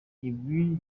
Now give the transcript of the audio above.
ibi